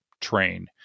train